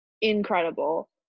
incredible